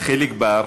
חיליק בר,